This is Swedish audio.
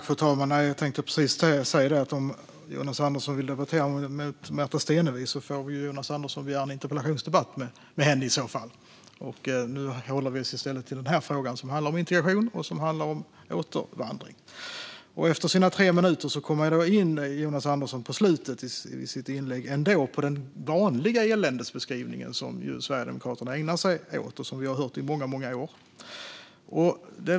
Fru talman! Jag tänkte precis säga det: Om Jonas Andersson vill debattera med Märta Stenevi får han begära en interpellationsdebatt med henne. Nu håller vi oss i stället till den här frågan, som handlar om integration och om återvandring. Efter tre minuter, i slutet av sitt inlägg, kommer Jonas Andersson ändå in på den vanliga eländesbeskrivning som Sverigedemokraterna ägnar sig åt och som vi har hört i många år.